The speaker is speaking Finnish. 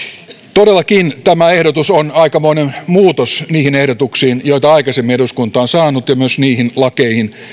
todellakin tämä ehdotus on aikamoinen muutos niihin ehdotuksiin nähden joita aikaisemmin eduskunta on saanut ja myös niihin lakeihin nähden